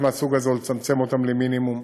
מהסוג הזה או לצמצם אותן למינימום.